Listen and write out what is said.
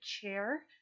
Chair